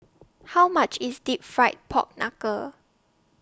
How much IS Deep Fried Pork Knuckle